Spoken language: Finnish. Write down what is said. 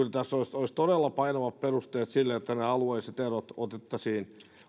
tässä olisi kyllä todella painavat perusteet sille että nämä alueelliset erot otettaisiin